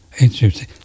Interesting